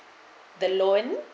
the loan